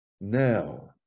now